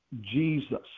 Jesus